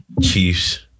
Chiefs